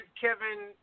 Kevin